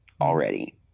already